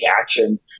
action